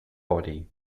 body